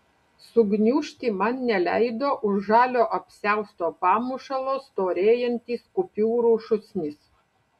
sugniužti man neleido už žalio apsiausto pamušalo storėjantis kupiūrų šūsnis